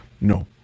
No